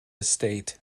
estate